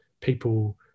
people